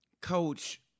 coach